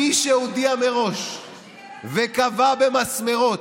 מי שהודיעו מראש וקבעו מסמרות